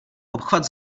obchod